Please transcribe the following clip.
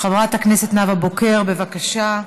חברת הכנסת נאוה בוקר, בבקשה.